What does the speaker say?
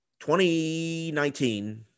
2019